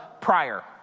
prior